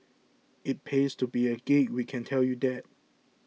it pays to be a geek we can tell you that